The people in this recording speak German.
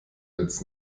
witz